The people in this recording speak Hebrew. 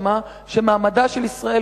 שמעמדה של ישראל,